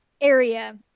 area